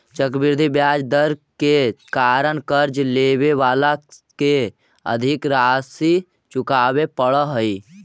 चक्रवृद्धि ब्याज दर के कारण कर्ज लेवे वाला के अधिक राशि चुकावे पड़ऽ हई